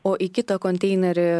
o į kitą konteinerį